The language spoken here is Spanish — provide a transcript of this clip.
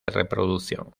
reproducción